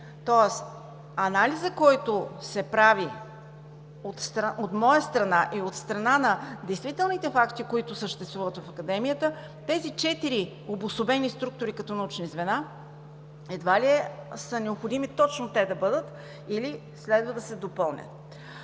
Тоест анализът, който се прави от моя страна и от страна на действителните факти, които съществуват в Академията, тези четири обособени структури като научни звена, едва ли е необходимо точно те да бъдат или следва да се допълнят.